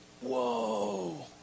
Whoa